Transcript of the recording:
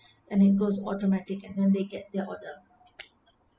and it goes automatic and then they get their order